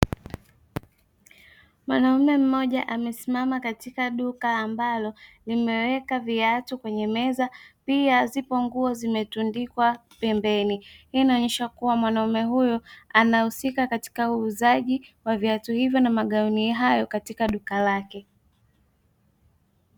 Mwanaume mmoja amesimama katika duka ambalo limeweka viatu kwenye meza pia zipo nguo zimetundikwa pembeni, hii inaonyesha kuwa mwanaume huyu anahusika katika uuzaji wa viatu hivyo na magauni hayo katika duka lake.